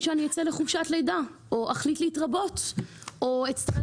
שאני אצא לחופשת לידה או אחליט להתרבות או אצטרך